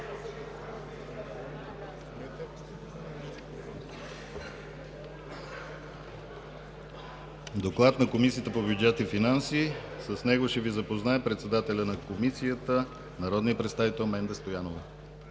Доклад на Комисията по бюджет и финанси. С него ще ни запознае председателят на Комисията народният представител Менда Стоянова.